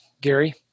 Gary